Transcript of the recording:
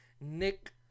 Nick